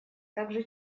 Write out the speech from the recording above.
также